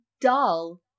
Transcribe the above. dull